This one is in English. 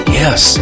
yes